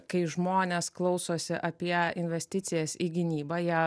kai žmonės klausosi apie investicijas į gynybą jie